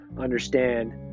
understand